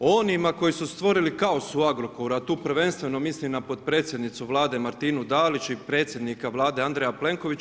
Onima koji su stvorili kaos u Agrokoru, a tu prvenstveno mislim na potpredsjednicu Vlade Martinu Dalić i predsjednika Vlade Andreja Plenkovića.